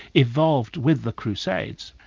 evolved with the crusades.